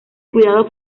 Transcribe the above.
cuidado